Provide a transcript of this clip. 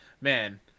man